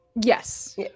Yes